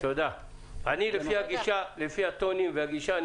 לפי הטונים והגישה,